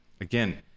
again